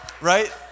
right